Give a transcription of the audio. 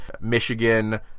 Michigan